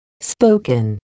spoken